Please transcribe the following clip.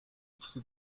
ikisi